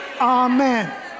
amen